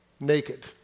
Naked